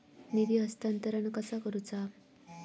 निधी हस्तांतरण कसा करुचा?